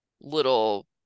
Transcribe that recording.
little